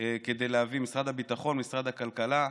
כדי להביא, משרד הביטחון, משרד הכלכלה,